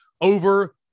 over